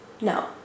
No